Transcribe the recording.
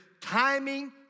timing